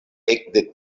ekde